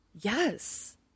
Yes